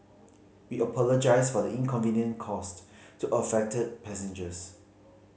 we apologise for the inconvenient caused to affected passengers